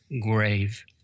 grave